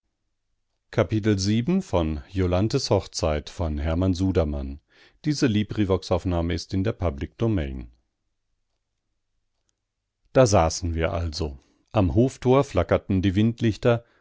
da saßen wir also am hoftor flackerten die windlichter